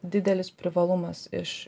didelis privalumas iš